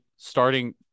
starting